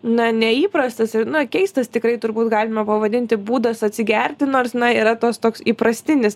na neįprastas ir na keistas tikrai turbūt galima pavadinti būdas atsigerti nors na yra tos toks įprastinis